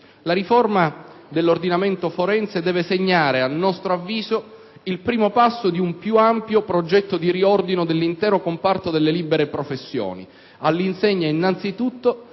La riforma dell'ordinamento forense deve segnare, a nostro avviso, il primo passo di un più ampio progetto di riordino dell'intero comparto delle libere professioni, innanzitutto